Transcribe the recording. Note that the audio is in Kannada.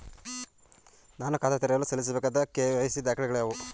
ನಾನು ಖಾತೆ ತೆರೆಯಲು ಸಲ್ಲಿಸಬೇಕಾದ ಕೆ.ವೈ.ಸಿ ದಾಖಲೆಗಳಾವವು?